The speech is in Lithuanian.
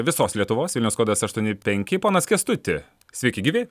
visos lietuvos vilniaus kodas aštuoni penki ponas kęstuti sveiki gyvi